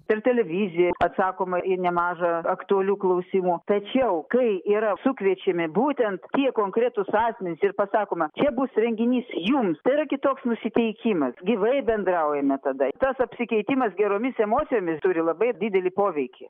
per televiziją atsakoma į nemažą aktualių klausimų tačiau kai yra sukviečiami būtent tie konkretūs asmenys ir pasakoma čia bus renginys jums tai yra kitoks nusiteikimas gyvai bendraujame tada tas apsikeitimas geromis emocijomis turi labai didelį poveikį